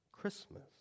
Christmas